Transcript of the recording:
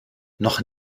noch